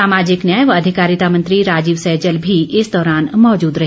सामाजिक न्याय व अधिकारिता मंत्री राजीव सैजल भी इस दौरान मौजूद रहे